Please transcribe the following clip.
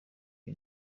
iyi